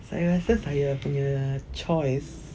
saya rasa saya punya choice